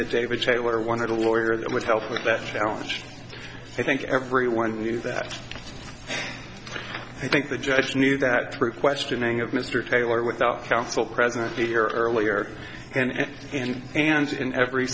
david taylor wanted a lawyer that would help with that challenge i think everyone knew that i think the judge knew that through questioning of mr taylor without counsel present here earlier and and and in every